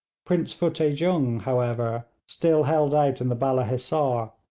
prince futteh jung, however, still held out in the balla hissar,